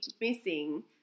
missing